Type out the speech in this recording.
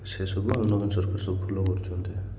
ସେସବୁ ଆମ ନବୀନ ସରକାର ସବୁ ଭଲ କରିଛନ୍ତି